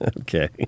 Okay